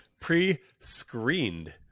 pre-screened